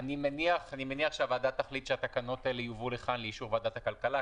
אני מניח שהוועדה תחליט שהתקנות האלה יובאו לכאן לאישור ועדת הכלכלה,